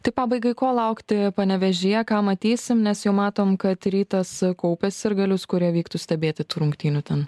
tai pabaigai ko laukti panevėžyje ką matysim nes jau matom kad rytas kaupia sirgalius kurie vyktų stebėti rungtynių ten